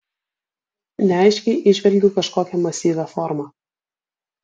neaiškiai įžvelgiu kažkokią masyvią formą